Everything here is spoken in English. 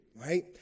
right